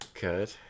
Good